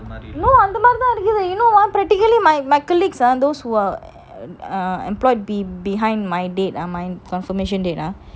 no அந்த மாறி தான் இருக்கு:antha maari thaan iruku you know ah practically my my colleagues are those who are err employed be behind my date or my confirmation date ah